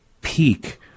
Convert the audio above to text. peak